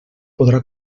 podrà